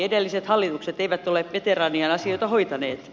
edelliset hallitukset eivät ole veteraanien asioita hoitaneet